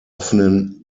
offenen